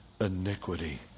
iniquity